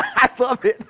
i love it.